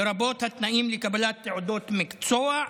לרבות התנאים לקבלת תעודות מקצוע,